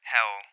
Hell